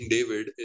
David